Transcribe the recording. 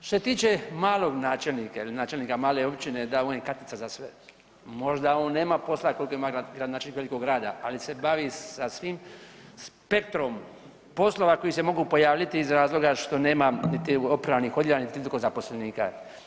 Što se tiče malog načelnika ili načelnika male općine, da on je Katica za sve, možda on nema posla koliko ima gradonačelnik velikog grada, ali se bavi sa svim spektrom poslova koji se mogu pojaviti iz razloga što nema niti opranih …/nerazumljivo/… niti nitko od zaposlenika.